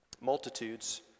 multitudes